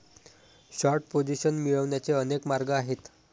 short position मिळवण्याचे अनेक मार्ग आहेत